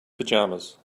pajamas